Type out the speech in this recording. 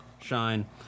shine